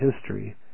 history